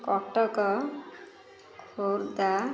Cuttack Khordha